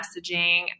messaging